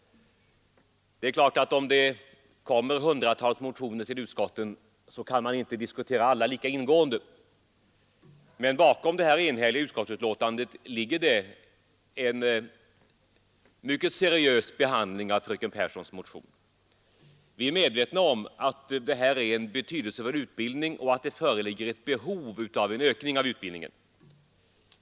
Det är klart att om det kommer hundratals motioner till utskotten, kan man inte diskutera alla lika ingående. Men bakom detta enhälliga betänkande ligger en mycket seriös behandling av fröken Pehrssons motion. Vi är medvetna om att det gäller en betydelsefull utbildning och att det föreligger behov av utökning av den.